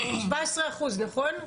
17%, נכון?